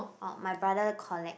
orh my brother collect